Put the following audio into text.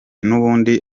nubundi